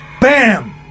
Bam